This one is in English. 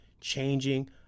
changing